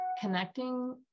connecting